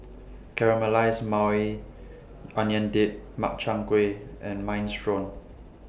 Caramelized Maui Onion Dip Makchang Gui and Minestrone